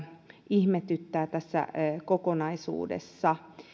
ihmetyttää tässä kokonaisuudessa